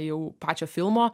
jau pačio filmo